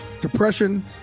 depression